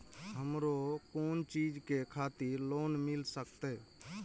हमरो कोन चीज के खातिर लोन मिल संकेत?